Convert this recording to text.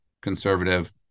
conservative